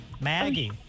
Maggie